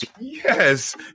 yes